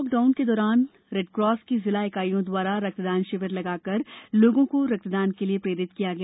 lockdown के दौरान red cross की जिला इकाईयों द्वारा रक्तदान शिविर लगाकर भी लोगों को रक्तदान के लिये प्रेरित किया गया